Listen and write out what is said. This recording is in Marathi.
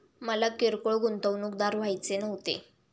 मला किरकोळ गुंतवणूकदार व्हायचे नव्हते